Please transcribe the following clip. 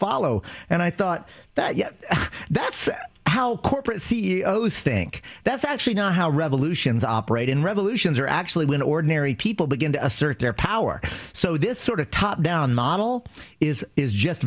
follow and i thought that yeah that's how corporate see i think that's actually not how revolutions operate in revolutions are actually when ordinary people begin to assert their power so this sort of top down model is is just